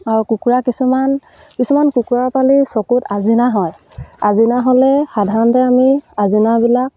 আৰু কুকুৰা কিছুমান কিছুমান কুকুৰা পোৱালি চকুত আজিনা হয় আজিনা হ'লে সাধাৰণতে আমি আজিনাবিলাক